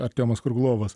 artiomas kruglovas